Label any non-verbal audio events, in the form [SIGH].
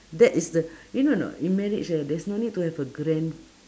that is the [BREATH] you no no in marriage right there's no need to have a grand